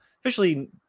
officially